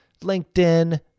LinkedIn